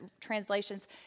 translations